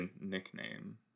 nickname